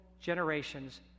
generations